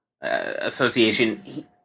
Association